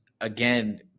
again